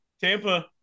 Tampa